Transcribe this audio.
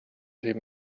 him